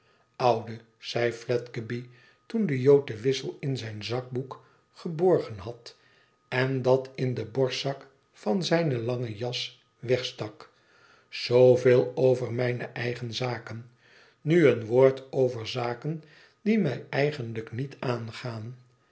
oude zei fiedgeby toen de jood den wissel in zijn zakboek geborgen had en dat in den borstzak van zijne lange jas wegstak zooveel over mijne eigen zaken nu een woord over zaken die mij eigenlijk niet aangaan